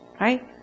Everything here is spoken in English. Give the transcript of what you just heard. right